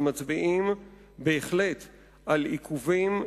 שמצביעים בהחלט על עיכובים,